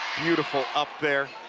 beautiful up there,